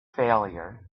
failure